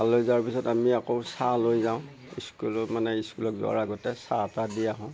হাল লৈ যোৱাৰ পিছত আমি আকৌ চাহ লৈ যাওঁ ইস্কুল মানে স্কুলত যোৱাৰ আগতে চাহ তাহ দি আহোঁ